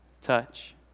touch